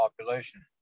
population